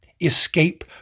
Escape